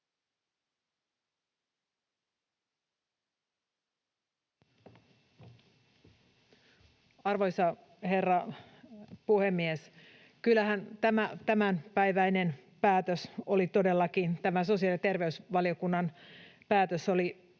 Arvoisa herra puhemies! Kyllähän tämä tämänpäiväinen päätös, sosiaali- ja terveysvaliokunnan päätös, oli